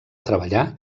treballar